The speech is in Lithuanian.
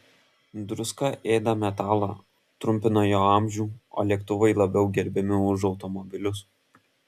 druska ėda metalą trumpina jo amžių o lėktuvai labiau gerbiami už automobilius